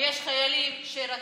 ויש חיילים שרצחו,